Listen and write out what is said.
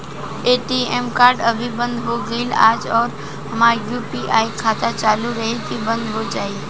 ATM card अभी बंद हो गईल आज और हमार यू.पी.आई खाता चालू रही की बन्द हो जाई?